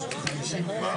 הישיבה